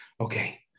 okay